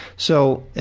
so,